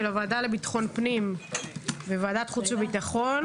הוועדה לביטחון פנים וועדת חוץ וביטחון